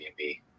Airbnb